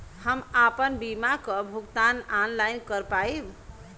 हम आपन बीमा क भुगतान ऑनलाइन कर पाईब?